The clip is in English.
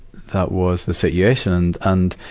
that was the situation. and, and